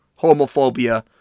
Homophobia